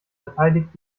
verteidigt